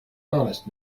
honest